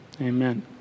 Amen